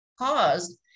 caused